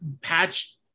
Patch